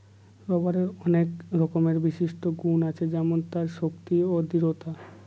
রবারের আনেক রকমের বিশিষ্ট গুন আছে যেমন তার শক্তি, দৃঢ়তা